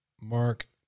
Mark